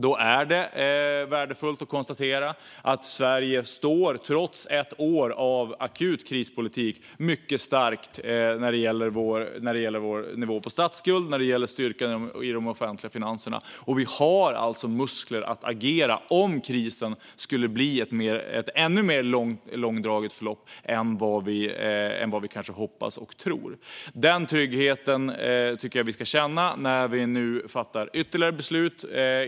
Då är det värdefullt att konstatera att trots ett år av akut krispolitik står Sverige mycket starkt när det gäller nivån på statsskulden och när det gäller styrkan i de offentliga finanserna. Vi har alltså muskler att agera om krisen skulle bli ännu mer långdragen än vad vi kanske hoppas och tror. Den tryggheten tycker jag att vi ska känna när vi nu fattar ytterligare beslut.